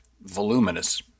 voluminous